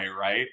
Right